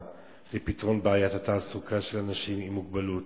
לפתרון בעיית התעסוקה של אנשים עם מוגבלות.